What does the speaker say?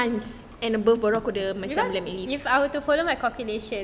because if I were to follow my calculation